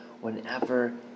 whenever